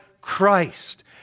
Christ